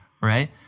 right